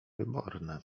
wyborne